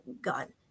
gun